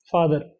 Father